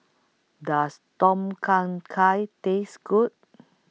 Does Tom Kha Gai Taste Good